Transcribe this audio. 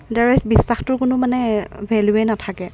otherwise বিশ্বাসটোৰ কোনো মানে ভেল্যুৱেই নাথাকে